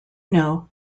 know